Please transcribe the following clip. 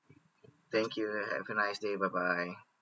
thank you have a nice day bye bye